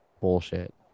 bullshit